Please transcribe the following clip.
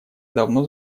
давно